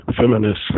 feminist